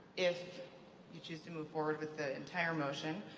if you choose to move forward with the entire motion,